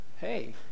hey